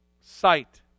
Sight